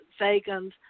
vegans